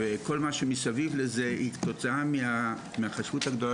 וכל מה שמסביב לזה היא תוצאה מהחשיבות הגדולה